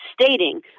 stating